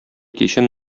кичен